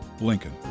Lincoln